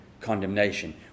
condemnation